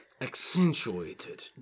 accentuated